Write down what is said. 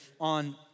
on